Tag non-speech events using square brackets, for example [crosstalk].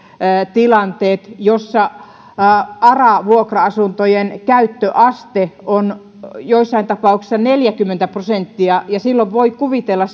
tilanteet joissa ara vuokra asuntojen käyttöaste on joissain tapauksissa neljäkymmentä prosenttia ja silloin voi kuvitella [unintelligible]